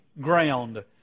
ground